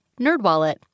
NerdWallet